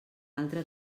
altre